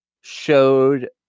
showed